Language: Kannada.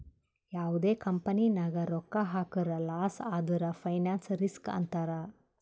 ಯಾವ್ದೇ ಕಂಪನಿ ನಾಗ್ ರೊಕ್ಕಾ ಹಾಕುರ್ ಲಾಸ್ ಆದುರ್ ಫೈನಾನ್ಸ್ ರಿಸ್ಕ್ ಅಂತಾರ್